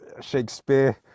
Shakespeare